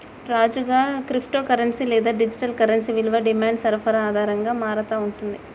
రాజుగా, crypto currency లేదా digital currency విలువ డిమాండ్ సరఫరా ఆధారంగా మారతా ఉంటుంది